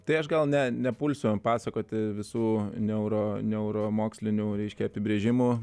tai aš gal ne nepulsiu pasakoti visų neuro neuro mokslinių reiškia apibrėžimų